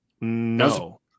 no